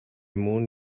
moon